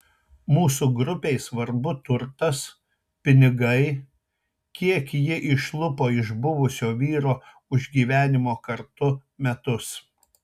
mūsų grupei svarbu turtas pinigai kiek ji išlupo iš buvusio vyro už gyvenimo kartu metus